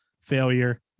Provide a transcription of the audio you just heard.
failure